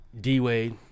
D-Wade